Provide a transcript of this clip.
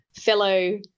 fellow